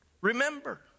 remember